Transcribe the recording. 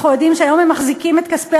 אנחנו יודעים שהיום הם מחזיקים את כספי